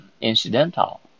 Incidental